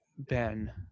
Ben